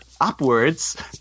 upwards